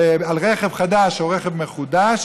לרכב חדש או רכב מחודש